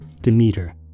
Demeter